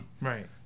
right